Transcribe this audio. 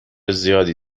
زیادی